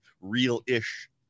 real-ish